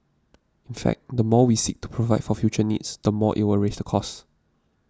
in fact the more we seek to provide for future needs the more it will raise the cost